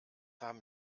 haben